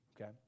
okay